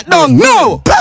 No